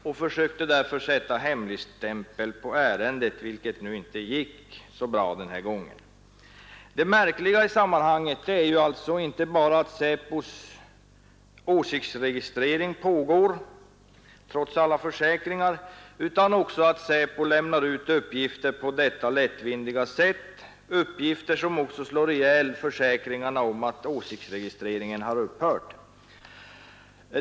Man försökte därför sätta hemligstämpel på ärendet, vilket inte gick så bra den här gången. Det märkliga i sammanhanget är alltså inte bara att SÄPO:s åsiktsregistrering pågår, trots alla försäkringar, utan också att SÄPO lämnar ut uppgifter på detta lättvindiga sätt, uppgifter som också slår ihjäl försäkringarna om att åsiktsregistreringen har upphört.